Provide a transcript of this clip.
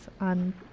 on